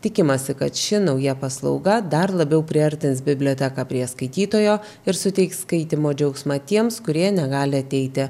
tikimasi kad ši nauja paslauga dar labiau priartins biblioteką prie skaitytojo ir suteiks skaitymo džiaugsmą tiems kurie negali ateiti